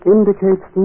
Indicates